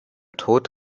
tod